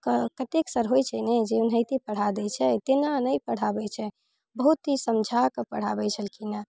क कतेक सर होइ छै ने जे ओनाहिते पढ़ा दै छै तेना नहि पढ़ाबै छै बहुत ही समझाके पढ़ाबै छलखिन हँ